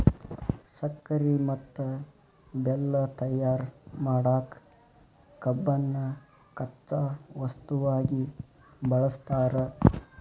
ಸಕ್ಕರಿ ಮತ್ತ ಬೆಲ್ಲ ತಯಾರ್ ಮಾಡಕ್ ಕಬ್ಬನ್ನ ಕಚ್ಚಾ ವಸ್ತುವಾಗಿ ಬಳಸ್ತಾರ